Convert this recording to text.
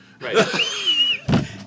right